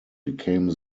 became